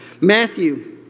Matthew